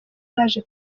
baje